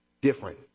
different